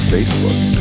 Facebook